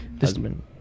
husband